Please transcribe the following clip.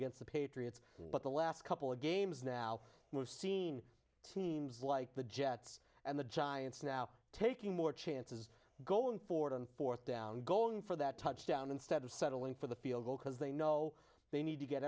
against the patriots but the last couple of games now move seeing teams like the jets and the giants now taking more chances going forward on fourth down going for that touchdown instead of settling for the field goal because they know they need to get